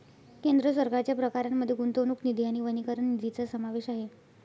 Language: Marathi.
केंद्र सरकारच्या प्रकारांमध्ये गुंतवणूक निधी आणि वनीकरण निधीचा समावेश आहे